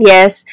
Yes